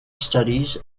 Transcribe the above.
studies